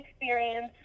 experience